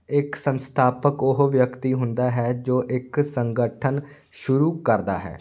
ਇੱਕ ਸੰਸਥਾਪਕ ਉਹ ਵਿਅਕਤੀ ਹੁੰਦਾ ਹੈ ਜੋ ਇੱਕ ਸੰਗਠਨ ਸ਼ੁਰੂ ਕਰਦਾ ਹੈ